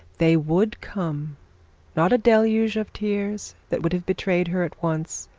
they would come not a deluge of tears that would have betrayed her at once,